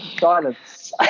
silence